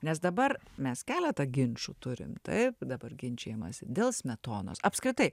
nes dabar mes keletą ginčų turim taip dabar ginčijamasi dėl smetonos apskritai